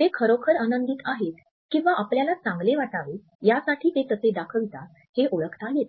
ते खरोखर आनंदित आहेत किंवा आपल्याला चांगले वाटावे यासाठी ते तसे दाखवितात हे ओळखता येते